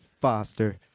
Foster